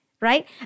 right